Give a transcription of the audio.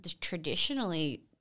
traditionally –